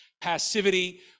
passivity